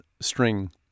string